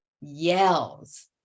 yells